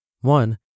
One